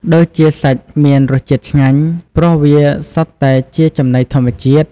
ដូចជាសាច់មានរសជាតិឆ្ងាញ់ ព្រោះវាសុទ្ធតែជាចំណីធម្មជាតិ។